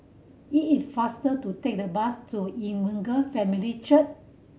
it is faster to take the bus to Evangel Family Church